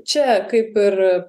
čia kaip ir